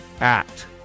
act